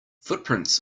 footprints